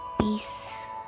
peace